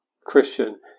Christian